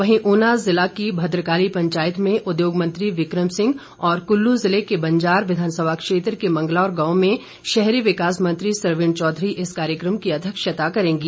वहीं उना जिला की भद्रकाली पंचायत में उद्योग मंत्री विक्रम सिंह और कुल्लू जिले के बंजार विधानसभा क्षेत्र के मंगलौर गांव में शहरी विकास मंत्री सरवीण चौधरी इस कार्यक्रम की अध्यक्षता करेंगे